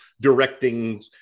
directing